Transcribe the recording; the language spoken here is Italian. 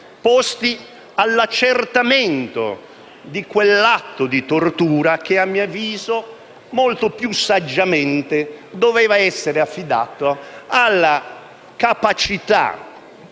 posti all'accertamento di quell'atto di tortura che, a mio avviso, molto più saggiamente doveva essere affidato alla capacità